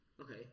Okay